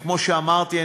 כמו שאמרתי,